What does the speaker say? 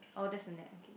oh that's a net oksy